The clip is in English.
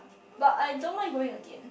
but I don't mind going again